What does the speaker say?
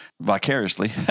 vicariously